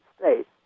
States